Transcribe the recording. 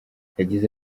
yagize